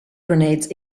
grenades